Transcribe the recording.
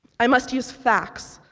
i must use facts,